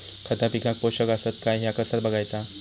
खता पिकाक पोषक आसत काय ह्या कसा बगायचा?